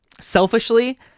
selfishly